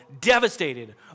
devastated